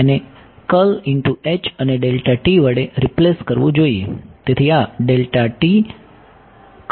તેથી આ છે તેને અને વડે રિપ્લેસ કરવું જોઈએ